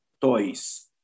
toys